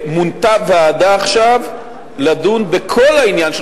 מונתה עכשיו ועדה לדון בכל העניין של